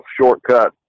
shortcut